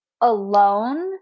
alone